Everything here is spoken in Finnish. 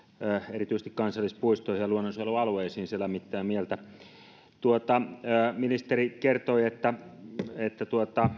erityisesti kansallispuistoihin ja luonnonsuojelualueisiin se lämmittää mieltä ministeri kertoi että että